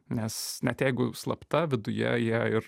nes net jeigu slapta viduje jie ir